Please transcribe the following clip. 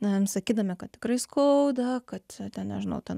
na jam sakydami kad tikrai skauda kad ten nežinau ten